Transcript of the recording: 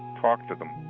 talk to them.